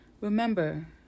Remember